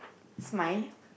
smile